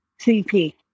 CP